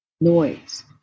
noise